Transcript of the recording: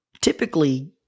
Typically